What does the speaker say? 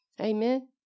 Amen